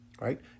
right